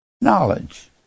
knowledge